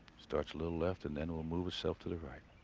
starts a little left, and then we'll move itself to the right.